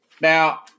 Now